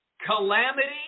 calamity